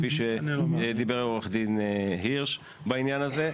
כפי שאמר עורך הדין הירש בעניין הזה.